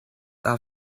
are